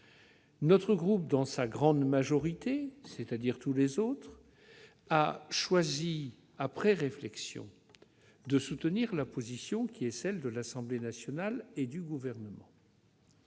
Notre groupe, dans sa grande majorité, c'est-à-dire tous ses autres membres, a choisi, après réflexion, de soutenir la position de l'Assemblée nationale et du Gouvernement,